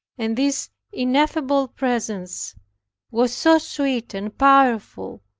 and this ineffable presence was so sweet and powerful,